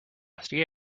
frosty